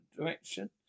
Direction